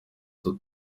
utu